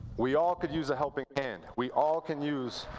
we all could use a helping hand. we all can use